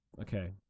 Okay